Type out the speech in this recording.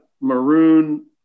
maroon